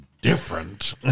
different